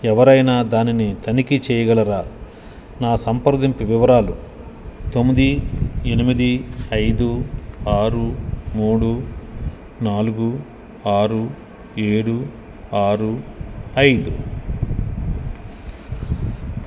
ఎవరైనా దానిని తనిఖీ చెయ్యగలరా నా సంప్రదింపు వివరాలు తొమ్మిది ఎనిమిది ఐదు ఆరు మూడు నాలుగు ఆరు ఏడు ఆరు ఐదు